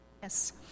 Yes